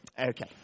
Okay